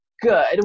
good